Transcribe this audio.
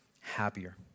happier